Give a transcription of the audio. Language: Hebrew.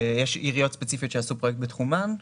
יש עיריות ספציפיות שעושות רק בתחומן,